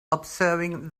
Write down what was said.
observing